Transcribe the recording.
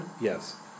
Yes